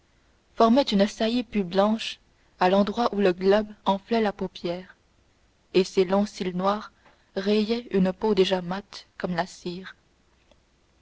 formaient une saillie plus blanche à l'endroit où le globe enflait la paupière et ses longs cils noirs rayaient une peau déjà mate comme la cire